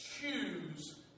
choose